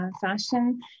fashion